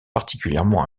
particulièrement